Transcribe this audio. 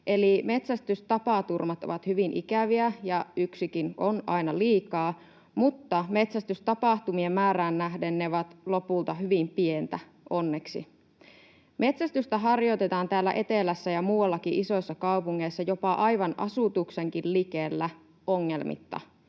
metsästystapaturmat ovat hyvin ikäviä, ja yksikin on aina liikaa, mutta metsästystapahtumien määrään nähden ne ovat lopulta hyvin pientä, onneksi. Metsästystä harjoitetaan täällä etelässä ja muuallakin isoissa kaupungeissa jopa aivan asutuksenkin likellä ongelmitta.